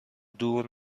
دور